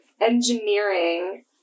engineering